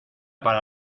para